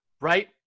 Right